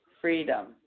freedom